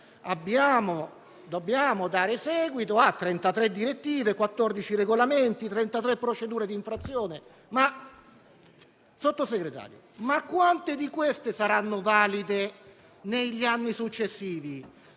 Dobbiamo dare seguito a 33 direttive, 14 regolamenti, 33 procedure di infrazione; ma, signor Sottosegretario, quante di queste saranno valide negli anni successivi?